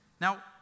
Now